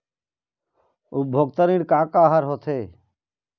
उपभोक्ता ऋण का का हर होथे?